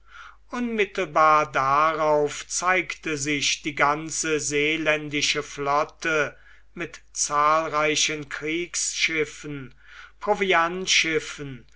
unmittelbar darauf zeigte sich die ganze seeländische flotte mit zahlreichen kriegsschiffen